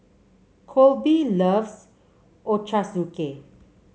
Colby loves Ochazuke